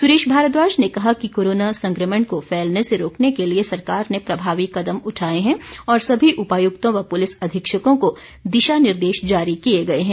सुरेश भारद्वाज ने कहा कि कोरोना संक्रमण को फैलने से रोकने के लिए सरकार ने प्रभावी कदम उठाए हैं और सभी उपायुक्तों व पुलिस अधीक्षकों को दिशा निर्देश जारी किए गए हैं